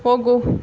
ಹೋಗು